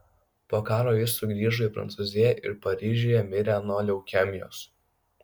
po karo ji sugrįžo į prancūziją ir paryžiuje mirė nuo leukemijos